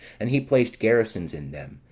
and he placed garrisons in them,